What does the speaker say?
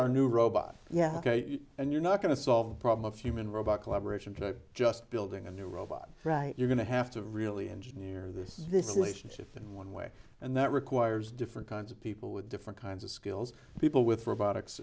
our new robot yeah ok and you're not going to solve the problem of human robot collaboration to just building a new robot right you're going to have to really engineer this this equation shift in one way and that requires different kinds of people with different kinds of skills people with robotics